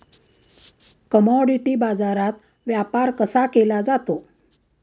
Commodity बाजारात व्यापार कसा केला जातो?